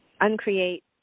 Uncreate